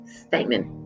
statement